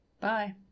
bye